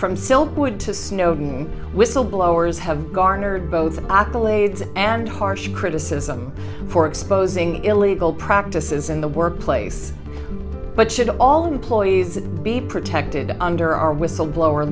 to snowden whistle blowers have garnered both an octal aid and harsh criticism for exposing illegal practices in the workplace but should all employees be protected under our whistleblower